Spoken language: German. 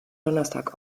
donnerstag